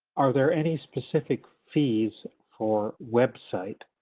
are there any specific fees for website?